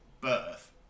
birth